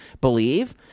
believe